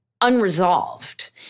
unresolved